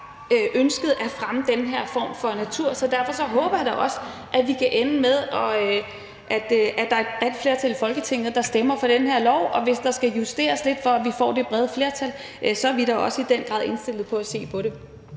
ønsket at fremme den her form for natur, så derfor håber jeg da også, at vi kan ende med, at der er et bredt flertal i Folketinget, der stemmer for det her lovforslag, og hvis der skal justeres lidt, for at vi får det brede flertal, er vi da også i den grad indstillet på at se på det.